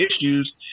issues